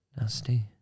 nasty